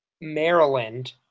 Maryland